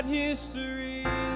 history